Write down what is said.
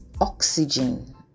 oxygen